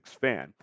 fan